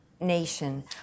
nation